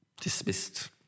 dismissed